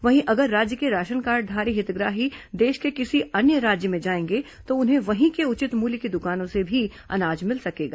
वहीं अगर राज्य के राशन कार्डधारी हितग्राही देश के किसी अन्य राज्य में जाएंगे तो उन्हें वहीं के उचित मूल्य की दुकानों से भी अनाज मिल सकेगा